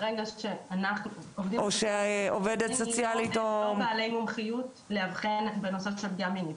הם לא בעלי מומחיות בנושאי פגיעה מינית,